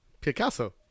picasso